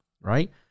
right